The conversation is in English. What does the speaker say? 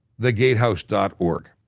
Thegatehouse.org